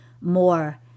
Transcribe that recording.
more